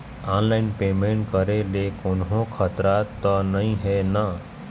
Online payment करे ले कोन्हो खतरा त नई हे न?